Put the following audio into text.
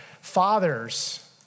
fathers